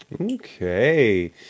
Okay